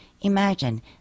imagine